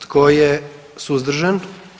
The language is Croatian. Tko je suzdržan?